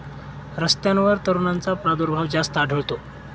रस्त्यांवर तणांचा प्रादुर्भाव जास्त आढळतो